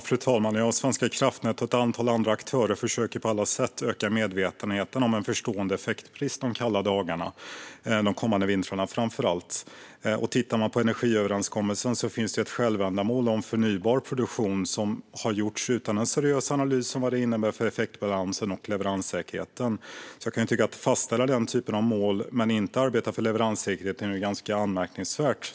Fru talman! Svenska kraftnät och ett antal andra aktörer försöker på alla sätt öka medvetenheten om en förestående effektbrist framför allt de kalla dagarna de kommande vintrarna. Tittar man på energiöverenskommelsen kan man se att det finns ett självändamål om förnybar produktion som har gjorts utan en seriös analys av vad det innebär för effektbalansen och leveranssäkerheten. Att fastställa den typen av mål men inte arbeta för leveranssäkerheten är ganska anmärkningsvärt.